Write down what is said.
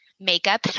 makeup